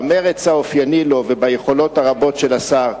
במרץ האופייני לו וביכולות הרבות של השר,